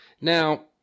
Now